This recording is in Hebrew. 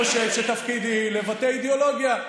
אני חושב שתפקידי לבטא אידיאולוגיה,